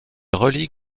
relie